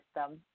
system